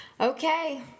Okay